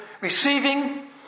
Receiving